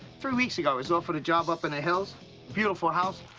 three weeks ago was offered a job up in the hills beautiful house,